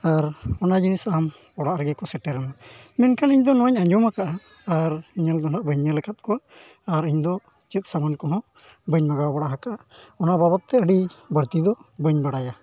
ᱟᱨ ᱚᱱᱟ ᱡᱤᱱᱤᱥ ᱟᱢ ᱚᱲᱟᱜ ᱨᱮᱜᱮ ᱠᱚ ᱥᱮᱴᱮᱨ ᱟᱢᱟ ᱢᱮᱱᱠᱷᱟᱱ ᱤᱧᱫᱚ ᱱᱚᱣᱟᱧ ᱟᱸᱡᱚᱢ ᱠᱟᱜᱼᱟ ᱟᱨ ᱧᱮᱞ ᱫᱚ ᱦᱟᱸᱜ ᱵᱟᱹᱧ ᱧᱮᱞ ᱠᱟᱜ ᱠᱚᱣᱟ ᱟᱨ ᱤᱧᱫᱚ ᱪᱮᱫ ᱥᱟᱵᱚᱱ ᱠᱚᱦᱚᱸ ᱵᱟᱹᱧ ᱢᱟᱜᱟᱣ ᱵᱟᱲᱟ ᱠᱟᱜᱼᱟ ᱚᱱᱟ ᱵᱟᱵᱚᱫ ᱛᱮ ᱟᱹᱰᱤ ᱵᱟᱹᱲᱛᱤ ᱫᱚ ᱵᱟᱹᱧ ᱵᱟᱰᱟᱭᱟ